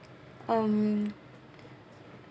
um